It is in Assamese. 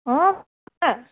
অঁ